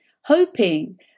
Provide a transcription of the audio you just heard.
hoping